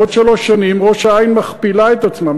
בעוד שלוש שנים ראש-העין מכפילה את עצמה,